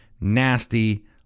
nasty